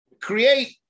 create